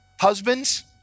Husbands